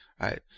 right